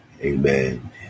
Amen